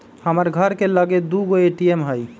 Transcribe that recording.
हमर घर के लगे दू गो ए.टी.एम हइ